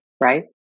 right